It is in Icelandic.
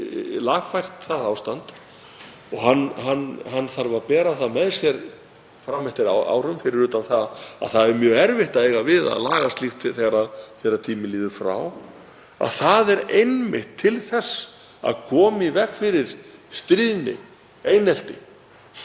lagfært það ástand og hann þarf að bera það með sér fram eftir árum, fyrir utan það að það er mjög erfitt að laga slíkt síðar — það er einmitt til þess að koma í veg fyrir stríðni, einelti,